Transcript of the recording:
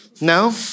No